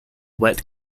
wet